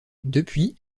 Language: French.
depuis